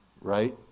Right